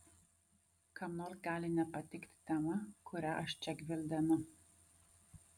kam nors gali nepatikti tema kurią aš čia gvildenu